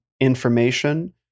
information